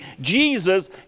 Jesus